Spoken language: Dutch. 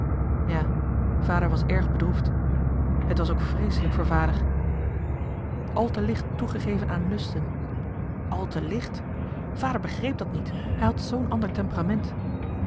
ja vader was erg bedroefd het was ook vreeselijk voor vader al te licht toegegeven aan lusten al te licht vader begreep dat niet hij had zoo'n ander temperament